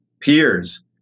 peers